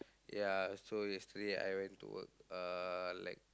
ya so yesterday I went to work uh like